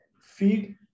feed